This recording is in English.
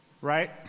right